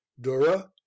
dura